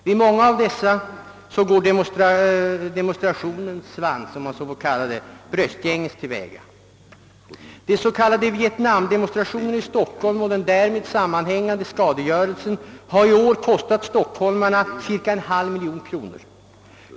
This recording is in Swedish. Vid många av dessa demonstrationer har »demonstrationens svans» gått bröstgänges till väga. De s.k. vietnamdemonstrationerna i Stockholm och den med dem sammanhängande skadegörelsen har i år kostat stockholmarna cirka en halv miljon kronor.